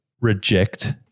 reject –